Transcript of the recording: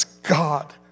God